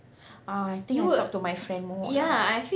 ah I think I talk to my friend more